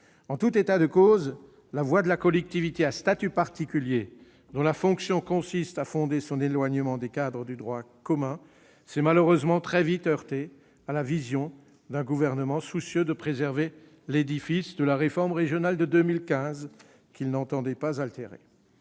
En tout état de cause, la voie de la collectivité à statut particulier, dont la fonction consiste à fonder son éloignement des cadres du droit commun, s'est malheureusement très vite heurtée à la vision d'un gouvernement soucieux de préserver l'édifice de la réforme régionale de 2015, qu'il n'entendait pas altérer.